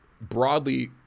broadly